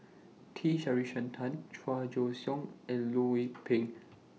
T Sasitharan Chua Joon Siang and Loh Lik Peng